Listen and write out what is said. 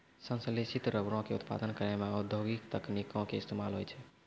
संश्लेषित रबरो के उत्पादन करै मे औद्योगिक तकनीको के इस्तेमाल होय छै